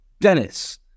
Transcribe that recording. Dennis